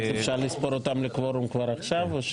אז אפשר לספור אותם לקוורום כבר עכשיו?